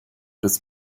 bis